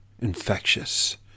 infectious